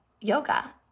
yoga